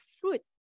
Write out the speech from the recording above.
fruit